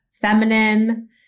feminine